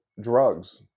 drugs